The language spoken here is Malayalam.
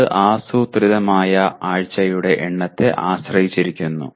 ഇത് ആസൂത്രിതമായ ആഴ്ചയുടെ എണ്ണത്തെ ആശ്രയിച്ചിരിക്കുന്നു